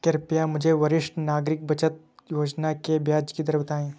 कृपया मुझे वरिष्ठ नागरिक बचत योजना की ब्याज दर बताएं